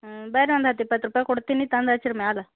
ಹ್ಞೂ ಬೇರೆ ಒಂದು ಹತ್ತು ಇಪ್ಪತ್ತು ರೂಪಾಯಿ ಕೊಡ್ತೀನಿ ತಂದು ಹಚ್ಚಿ ರೀ ಮ್ಯಾಲೆ